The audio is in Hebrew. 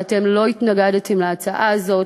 על כך שאתם לא התנגדתם להצעה הזאת,